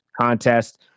contest